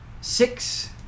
Six